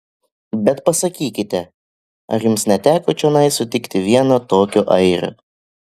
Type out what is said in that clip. bet pasakykite ar jums neteko čionai sutikti vieno tokio airio